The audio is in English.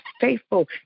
faithful